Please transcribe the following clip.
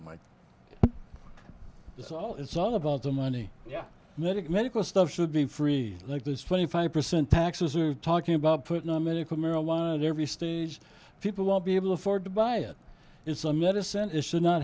mind it's all it's all about the money yeah medic medical stuff should be free like this twenty five percent taxes are talking about putting on medical marijuana and every stage people will be able to afford to buy it it's a medicine is should not